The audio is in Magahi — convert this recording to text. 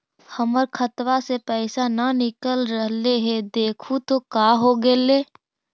हमर खतवा से पैसा न निकल रहले हे देखु तो का होगेले?